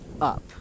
up